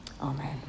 Amen